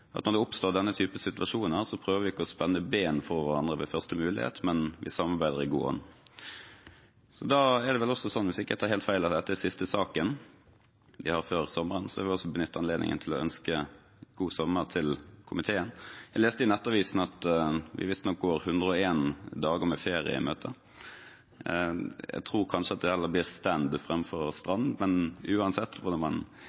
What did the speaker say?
at når denne typen situasjoner oppstår, prøver vi ikke å spenne ben på hverandre ved første mulighet, men vi samarbeider i god ånd. Hvis jeg ikke tar helt feil, er dette den siste saken vi har før sommeren, så jeg vil også benytte anledningen til å ønske komiteen god sommer. Jeg leste i Nettavisen at vi visstnok går 101 dager med ferie i møte. Jeg tror kanskje at det blir stand framfor strand, men uansett hva man velger å bruke denne luksusferien på, ønsker jeg alle en god sommer. No hadde Nettavisen gløymt at det